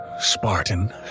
spartan